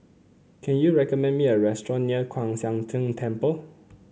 can you recommend me a restaurant near Kwan Siang Tng Temple